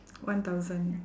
one thousand